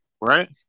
Right